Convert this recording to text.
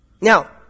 Now